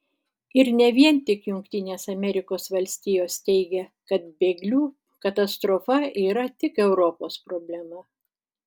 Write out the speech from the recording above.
ir ne vien tik jungtinės amerikos valstijos teigia kad bėglių katastrofa yra tik europos problema